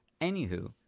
Anywho